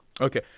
Okay